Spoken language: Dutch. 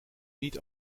niet